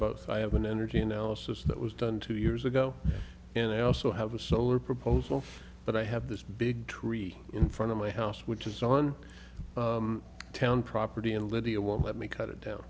both i have an energy analysis that was done two years ago and i also have a solar proposal but i have this big tree in front of my house which is on town property and lydia want me cut it down